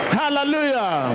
hallelujah